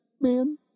man